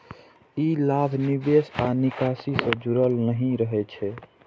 ई लाभ निवेश आ निकासी सं जुड़ल नहि रहै छै